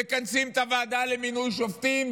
מכנסים את הוועדה למינוי שופטים,